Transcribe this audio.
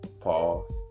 pause